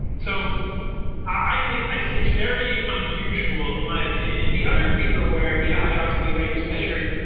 so i think it's very unusual, in my opinion, in the other paper where beta-hydroxybutyrate was measured,